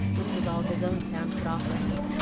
which was all his own town could offer him,